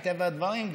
מטבע הדברים,